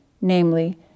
namely